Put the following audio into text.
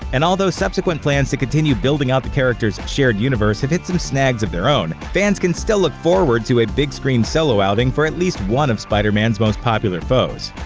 and although subsequent plans to continue building out the character's shared universe have hit some snags of their own, fans can still look forward to a big-screen solo outing for at least one of spider-man's most popular foes.